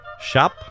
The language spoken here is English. shop